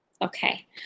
okay